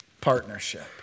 partnership